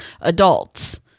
adults